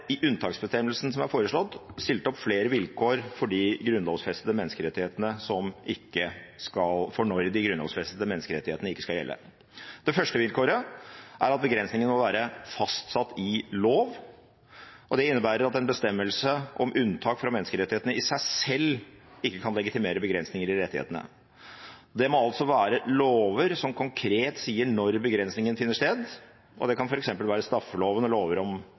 foreslått, stilt opp flere vilkår for når de grunnlovfestede menneskerettighetene ikke skal gjelde. Det første vilkåret er at begrensningen må være fastsatt i lov, og det innebærer at en bestemmelse om unntak fra menneskerettighetene i seg selv ikke kan legitimere begrensninger i rettighetene. Det må altså være lover som konkret sier når begrensningen finner sted, og det kan f.eks. være straffeloven